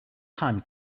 time